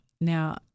Now